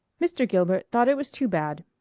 mr. gilbert thought it was too bad.